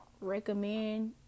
recommend